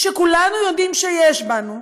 שכולנו יודעים שיש בנו,